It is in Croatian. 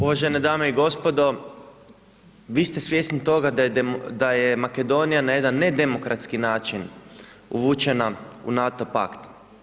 Uvažene dame i gospodo, vi ste svjesni toga da je Makedonija na jedan nedemokratski način uvučena u NATO pakt.